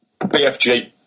BFG